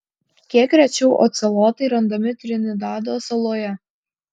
kiek rečiau ocelotai randami trinidado saloje